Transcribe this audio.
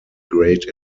grade